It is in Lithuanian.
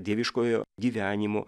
dieviškojo gyvenimo